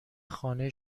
خانه